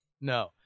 No